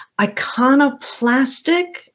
iconoplastic